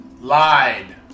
lied